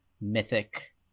mythic